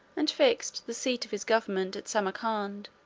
and fixed the seat of his government at samarcand,